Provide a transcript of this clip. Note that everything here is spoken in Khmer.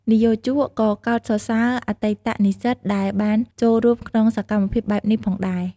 និយោជកក៏កោតសរសើរអតីតនិស្សិតដែលបានចូលរួមក្នុងសកម្មភាពបែបនេះផងដែរ។